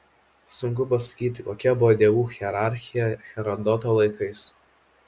sunku pasakyti kokia buvo dievų hierarchija herodoto laikais